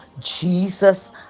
jesus